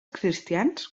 cristians